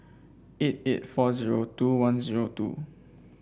eight eight four zero two one zero two